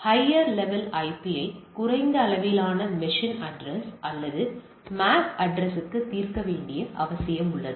எனவே higher level ஐபியை குறைந்த அளவிலான மெஷின் அட்ரஸ் அல்லது MAC அட்ரஸ்க்கு தீர்க்க வேண்டிய அவசியம் உள்ளது